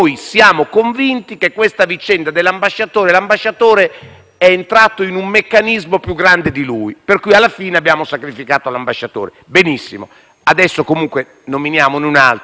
entrato in un meccanismo più grande di lui, per cui alla fine abbiamo sacrificato l'ambasciatore. Benissimo, adesso comunque nominiamone un altro e guardiamo avanti, non guardiamo più indietro; stendiamo un velo sul passato.